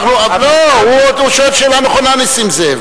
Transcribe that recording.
לא, הוא שואל שאלה נכונה, נסים זאב.